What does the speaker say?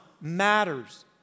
matters